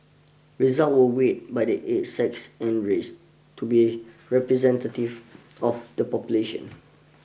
results were weighted by age sex and race to be representative of the population